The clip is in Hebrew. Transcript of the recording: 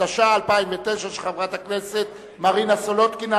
התש"ע 2009, של חברת הכנסת מרינה סולודקין.